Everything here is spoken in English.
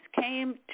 came